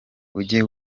ujye